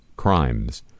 crimes